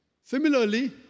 Similarly